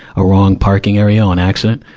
a wrong parking area on accident.